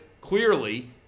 clearly